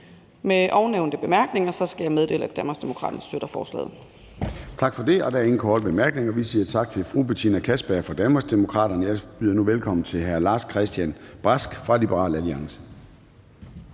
Med ovennævnte bemærkninger skal jeg meddele, at Danmarksdemokraterne